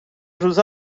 روزها